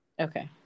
Okay